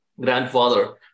grandfather